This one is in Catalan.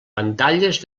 pantalles